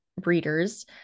breeders